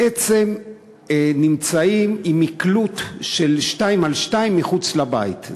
בעצם נמצאים עם מקלוט של 2x2 מחוץ לבית.